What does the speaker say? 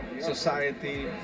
society